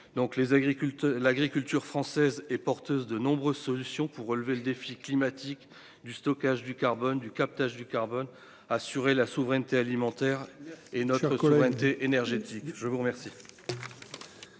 l'agriculture française est porteuse de nombreuses solutions pour relever le défi climatique du stockage du carbone du captage du carbone, assurer la souveraineté alimentaire et notre collectivité énergétique, je vous remercie.